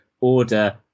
order